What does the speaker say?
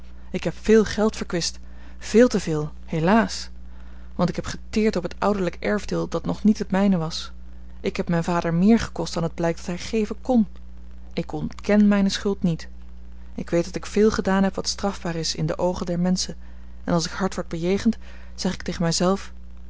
ik heb veel geld verkwist veel te veel helaas want ik heb geteerd op het ouderlijk erfdeel dat nog niet het mijne was ik heb mijn vader meer gekost dan het blijkt dat hij geven kn ik ontken mijne schuld niet ik weet dat ik veel gedaan heb wat strafbaar is in de oogen der menschen en als ik hard word bejegend zeg ik tegen